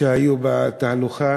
היו בתהלוכה